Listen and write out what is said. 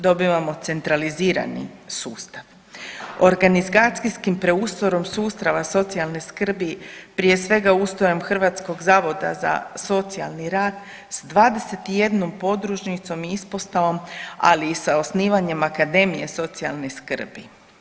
Dobivamo centralizirani sustav, organizacijskim preustrojem sustava socijalne skrbi prije svega, ustrojem Hrvatskog zavoda za socijalni rad, s 21 podružnicom i ispostavom, ali i sa osnivanjem Akademije socijalne skrbi.